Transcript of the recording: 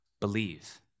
believe